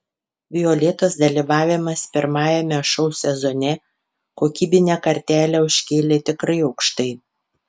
violetos dalyvavimas pirmajame šou sezone kokybinę kartelę užkėlė tikrai aukštai